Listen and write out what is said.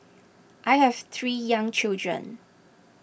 I have three young children